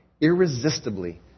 Irresistibly